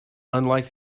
unlike